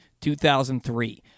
2003